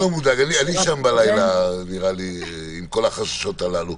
אני לא מודאג, אשן בלילה עם כל החששות הללו.